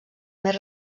més